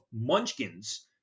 munchkins